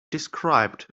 described